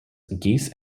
geese